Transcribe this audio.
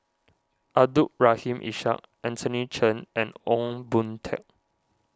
Abdul Rahim Ishak Anthony Chen and Ong Boon Tat